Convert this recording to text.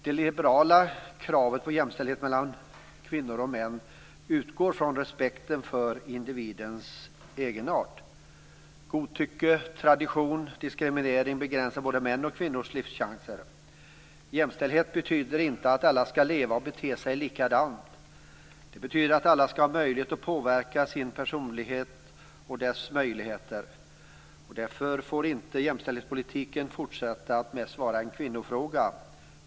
Det liberala kravet på jämställdhet mellan kvinnor och män utgår från respekten för individens egenart. Godtycke, tradition och diskriminering begränsar både mäns och kvinnors livschanser. Jämställdhet betyder inte att alla skall leva och bete sig likadant. Det betyder att alla skall ha möjlighet att utveckla sin personlighet och dess möjligheter. Därför får inte jämställdhetspolitiken fortsätta att mest vara en kvinnofråga.